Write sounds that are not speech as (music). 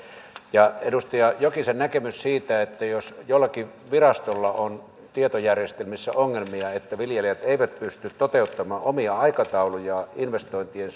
edustaja jokisen näkemys siitä että jos jollakin virastolla on tietojärjestelmissä ongelmia ja viljelijät eivät pysty toteuttamaan omia aikataulujaan investointien (unintelligible)